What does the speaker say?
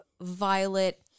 Violet